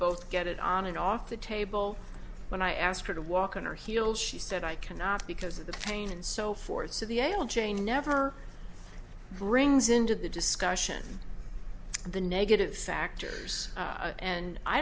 both get it on and off the table when i asked her to walk on her heel she said i cannot because of the pain and so forth so the l j never brings into the discussion the negative factors and i